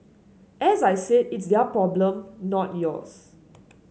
as I said it's their problem not yours